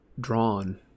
drawn